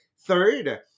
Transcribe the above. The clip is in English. Third